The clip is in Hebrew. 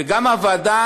וגם הוועדה,